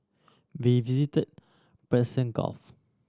we visit Persian Gulf